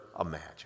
imagine